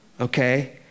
okay